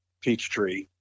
Peachtree